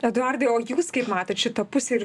eduardai o jūs kaip matot šitą pusę ir